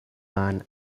man